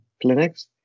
clinics